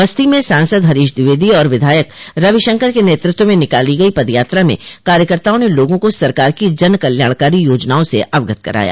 बस्ती में सांसद हरीश द्विवेदी और विधायक रविशंकर के नेतृत्व में निकाली गयी पद यात्रा में कार्यकर्ताओं ने लोगों को सरकार की जनकल्याणकारी योजनाओं से अवगत कराया